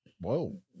Whoa